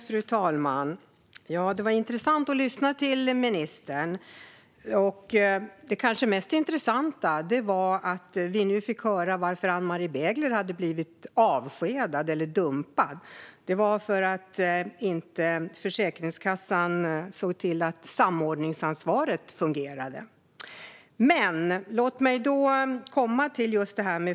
Fru talman! Det var intressant att lyssna till ministern. Det kanske mest intressanta var att vi nu fick höra varför Ann-Marie Begler blivit avskedad eller dumpad. Det var för att Försäkringskassan inte såg till att samordningsansvaret fungerade.